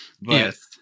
Yes